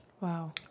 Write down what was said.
Wow